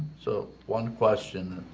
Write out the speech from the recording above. so one question